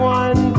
one